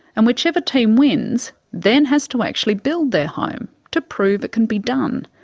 and whichever team wins, then has to actually build their home to prove it can be done.